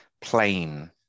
plain